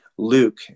Luke